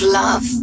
love